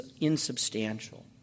insubstantial